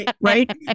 Right